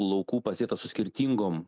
laukų pasėtos su skirtingom